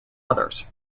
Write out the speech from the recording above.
others